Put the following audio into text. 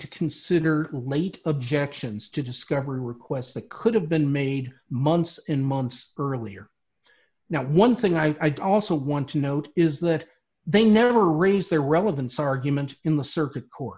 to consider late objections to discovery requests the could have been made months and months earlier now one thing i'd also want to note is that they never raise their relevance argument in the circuit cour